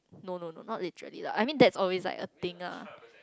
no no no not literally lah I mean that's always like a thing ah